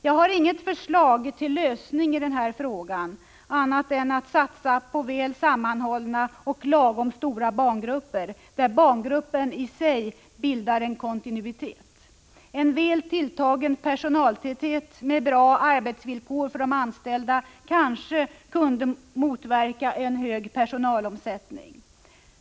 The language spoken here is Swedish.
Jag har inget förslag till lösning i denna fråga annat än att satsa på väl sammanhållna och lagom stora barngrupper, där barngruppen i sig ger en kontinuitet. En väl tilltagen personaltäthet med bra arbetsvillkor för de anställda kanske kunde motverka en hög personalomsättning.